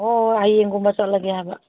ꯑꯣ ꯍꯌꯦꯡꯒꯨꯝꯕ ꯆꯠꯂꯒꯦ ꯍꯥꯏꯕ